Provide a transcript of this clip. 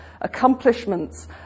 Accomplishments